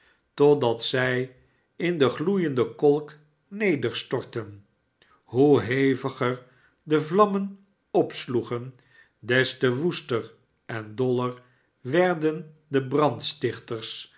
totdat zij in den gloeienden kolk nederstortten hoe heviger de vlammen opsjoegen des te woester en doller werden de brandstiehters